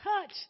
touch